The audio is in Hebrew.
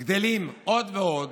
גדלים עוד ועוד,